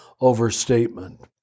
overstatement